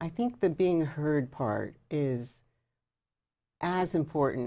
i think that being heard part is as important